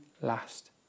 last